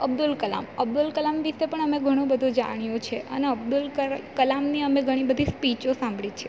અબ્દુલ કલામ અબ્દુલ કલામ વિશે પણ અમે ઘણું બધું જાણ્યું છે અને અબ્દુલ કરા કલામની અમે ઘણી બધી સ્પીચો સાંભળી છે